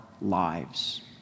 lives